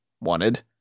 wanted